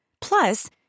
Plus